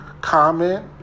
comment